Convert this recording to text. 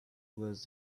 was